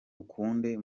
ukunde